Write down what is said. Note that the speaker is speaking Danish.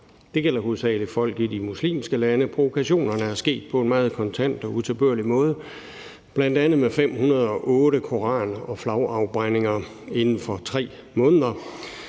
Det gælder hovedsagelig folk i de muslimske lande. Provokationerne er sket på en meget kontant og utilbørlig måde, bl.a. med 508 koran- og flagafbrændinger inden for 3 måneder.